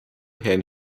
herrn